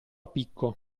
picco